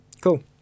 Cool